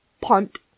punt